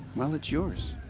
well, it's yours.